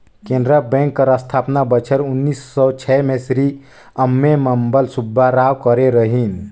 Canara bank कर अस्थापना बछर उन्नीस सव छय में श्री अम्मेम्बल सुब्बाराव करे रहिन